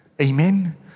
Amen